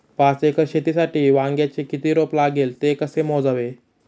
पाच एकर शेतीसाठी वांग्याचे किती रोप लागेल? ते कसे मोजावे?